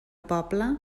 poble